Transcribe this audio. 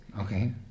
Okay